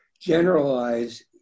Generalize